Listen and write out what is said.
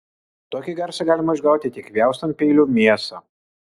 tokį garsą galima išgauti tik pjaustant peiliu mėsą